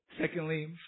Secondly